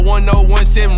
1017